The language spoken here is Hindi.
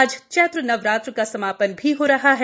आज चैत्र नवरात्र का समापन भी हो रहा है